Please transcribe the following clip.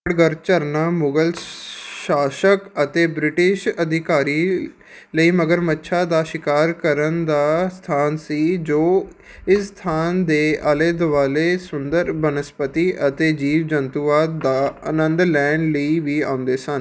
ਕਰਗੜ੍ਹ ਝਰਨਾ ਮੁਗ਼ਲ ਸ਼ਾਸਕ ਅਤੇ ਬ੍ਰਿਟਿਸ਼ ਅਧਿਕਾਰੀ ਲਈ ਮਗਰਮੱਛਾਂ ਦਾ ਸ਼ਿਕਾਰ ਕਰਨ ਦਾ ਸਥਾਨ ਸੀ ਜੋ ਇਸ ਸਥਾਨ ਦੇ ਆਲੇ ਦੁਆਲੇ ਸੁੰਦਰ ਬਨਸਪਤੀ ਅਤੇ ਜੀਵ ਜੰਤੂਆਂ ਦਾ ਆਨੰਦ ਲੈਣ ਲਈ ਵੀ ਆਉਂਦੇ ਸਨ